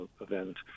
event